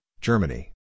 Germany